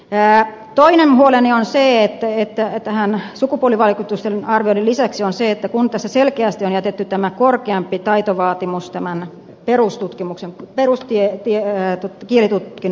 pää tori murden on se että mitään että huoleni sukupuolivaikutusten arvioinnin lisäksi on se kun tässä selkeästi on jätetty tämä korkeampi taitovaatimus tämän perustutkimuksen perusta tie viemään kiljutkin